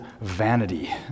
vanity